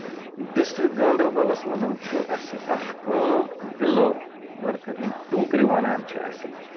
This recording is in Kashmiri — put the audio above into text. ڈِسرکٹ گاندربلَس منٛز چھُ اسہِ اَکھ کٲم وِلو وٕرکر یِم ٹوٗکٔرِ وَنان چھِ اَسہِ